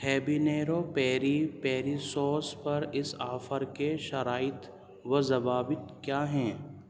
habanero peri peri sauce پر اس offer کے شرائط و ضوابط کیا ہیں